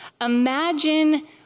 Imagine